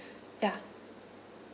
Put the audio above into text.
ya